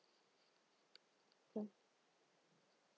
mm